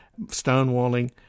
stonewalling